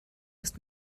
ist